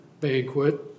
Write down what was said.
banquet